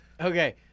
Okay